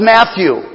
Matthew